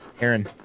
Aaron